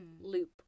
loop